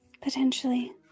Potentially